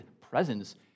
presence